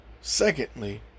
Secondly